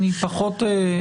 טעיתי,